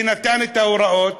שנתן את ההוראות,